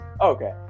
okay